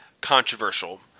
controversial